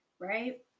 right